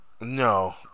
No